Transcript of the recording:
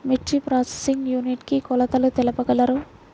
మిర్చి processing unit కి కొలతలు తెలుపగలరు?